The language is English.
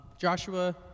Joshua